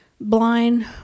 blind